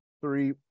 three